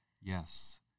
Yes